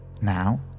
Now